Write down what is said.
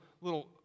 little